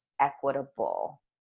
equitable